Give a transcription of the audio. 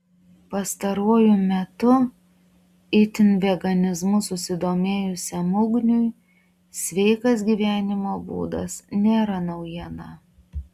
pastaruoju metu itin veganizmu susidomėjusiam ugniui sveikas gyvenimo būdas nėra naujiena